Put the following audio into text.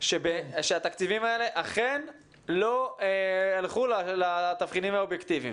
שהתקציבים האלה אכן לא הלכו לתבחינים האובייקטיביים.